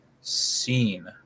scene